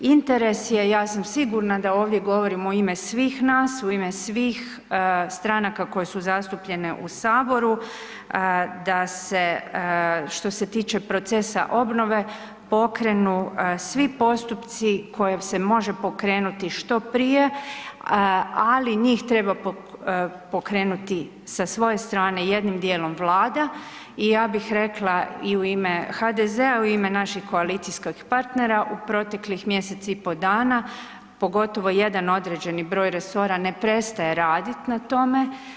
Interes je ja sam sigurna da ovdje govorim u ime svih nas, u ime svih stranaka koje su zastupljene u saboru da se, što se tiče procesa obnove pokrenu svi postupci koje se može pokrenuti što prije, ali njih treba pokrenuti sa svoje strane jednim dijelom Vlada i ja bih rekla i u ime HDZ-a i u ime naših koalicijskih partnera u proteklih mjesec i pol dana, pogotovo jedan određeni broj resora ne prestaje raditi na tome.